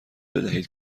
بدهید